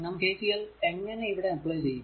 നാം KCL എങ്ങനെ ഇവിടെ അപ്ലൈ ചെയ്യും